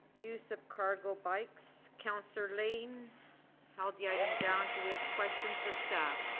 use of cargo bikes. councillor layton held the item down. do we have questions of staff?